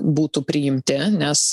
būtų priimti nes